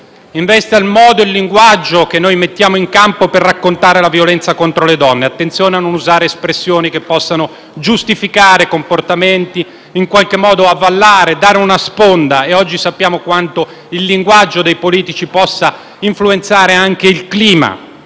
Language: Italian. e il modo e il linguaggio che mettiamo in campo per raccontare la violenza contro le donne. Attenzione a non usare espressioni che possano giustificare comportamenti e in qualche modo avallare e dare una sponda. Oggi sappiamo quanto il linguaggio dei politici possa influenzare anche il clima